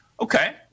Okay